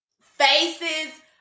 faces